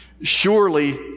Surely